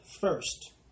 first